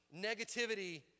negativity